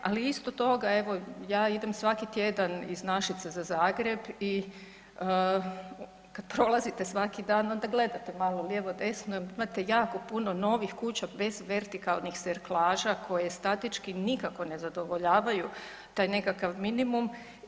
Ali isto ja idem svaki tjedan iz Našica za Zagreb i kad prolazite svaki dan onda gledate malo lijevo, desno imate jako puno novih kuća bez vertikalnih serklaža koje statički nikako ne zadovoljavaju taj nekakav minimum.